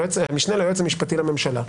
המשנה ליועצת המשפטית לממשלה,